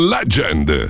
Legend